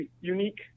unique